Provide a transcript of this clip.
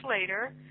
later